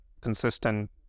consistent